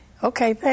Okay